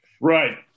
Right